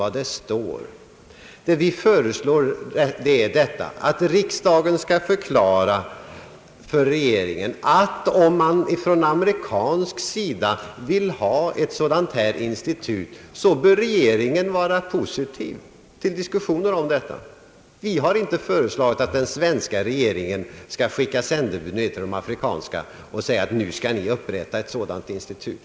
Vi föreslår där att riksdagen skall förklara för regeringen att om man från afrikansk sida vill ha ett sådant institut bör regeringen vara positiv till diskussioner om detta. Vi har inte föreslagit att den svenska regeringen skall skicka sändebud till de afrikanska regeringarna för att säga till dem att inrätta ett sådant institut.